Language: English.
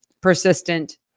persistent